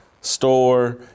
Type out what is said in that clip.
store